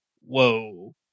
whoa